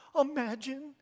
imagine